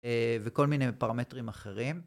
וכל מיני פרמטרים אחרים.